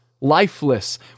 lifeless